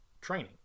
training